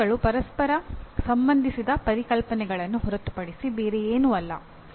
ತತ್ವಗಳು ಪರಸ್ಪರ ಸಂಬಂಧಿಸಿದ ಪರಿಕಲ್ಪನೆಗಳನ್ನು ಹೊರತುಪಡಿಸಿ ಬೇರೆ ಏನು ಅಲ್ಲ